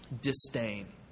disdain